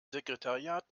sekretariat